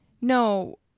No